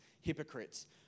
hypocrites